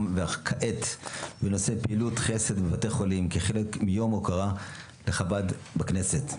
וכעת בנושא פעילות חסד בבתי חולים כחלק מיום הוקרה לחב"ד בכנסת.